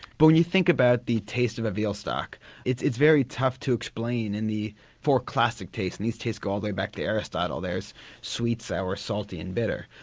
but when you think about the taste of a veal stock it's it's very tough to explain in the four classic tastes and these tastes go all the way back to aristotle there's sweet, sour, salty and bitter.